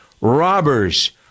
robbers